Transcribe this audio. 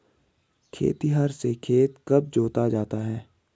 खेतिहर से खेत कब जोता जाता है?